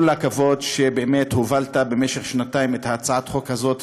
כל הכבוד שבאמת הובלת במשך שנתיים את הצעת החוק הזו,